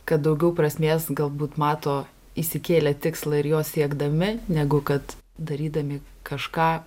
kad daugiau prasmės galbūt mato išsikėlę tikslą ir jo siekdami negu kad darydami kažką